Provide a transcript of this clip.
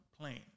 plane